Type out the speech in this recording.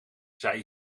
zij